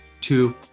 two